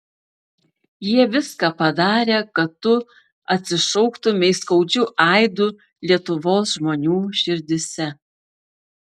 jie viską padarė kad tu atsišauktumei skaudžiu aidu lietuvos žmonių širdyse